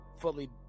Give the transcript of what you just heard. fully